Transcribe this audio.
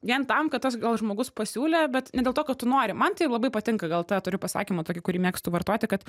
vien tam kad tas gal žmogus pasiūlė bet ne dėl to kad tu nori man tai labai patinka gal tą turiu pasakymą tokį kurį mėgstu vartoti kad